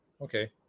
okay